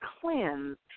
cleanse